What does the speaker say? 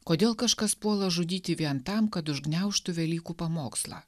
kodėl kažkas puola žudyti vien tam kad užgniaužtų velykų pamokslą